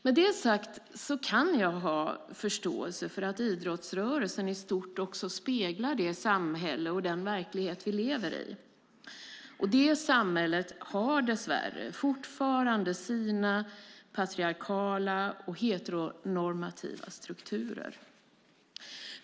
Med detta sagt kan jag ha förståelse för att idrottsrörelsen i stort också speglar det samhälle och den verklighet vi lever i. Det samhället har dess värre fortfarande sina patriarkala och heteronormativa strukturer.